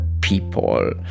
people